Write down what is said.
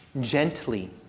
Gently